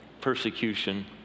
persecution